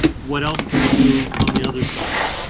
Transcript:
what else can we do on the other side?